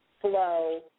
flow